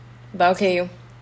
but okay you